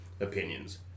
opinions